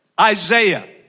Isaiah